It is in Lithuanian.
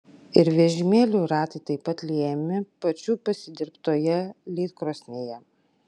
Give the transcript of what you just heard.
ir vežimėlių ratai taip pat liejami pačių pasidirbtoje lydkrosnėje